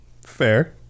Fair